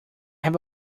have